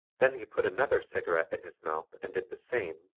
then he put another cigarette in his mouth and did the same,